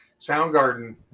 soundgarden